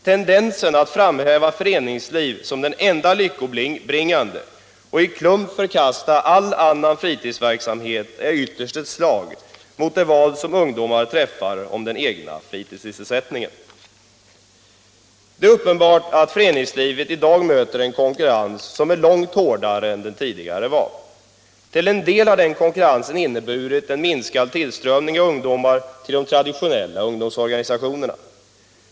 Tendensen att framhäva föreningsliv som det enda lyckobringande och i klump förkasta all annan fritidsverksamhet är ytterst ett slag mot det val som ungdomar träffar om den egna fritidssysselsättningen. Det är uppenbart att föreningslivet i dag möter en konkurrens som är långt hårdare än tidigare. Till en del har denna konkurrens inneburit en minskad tillströmning av ungdomar till de traditionella ungdomsorganisationerna.